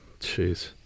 jeez